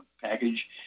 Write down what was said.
package